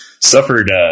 suffered